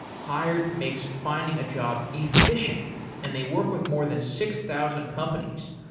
hired makes finding a job efficient and they work with more than six thousand companies,